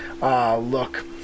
look